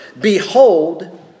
behold